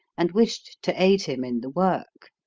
and wished to aid him in the work.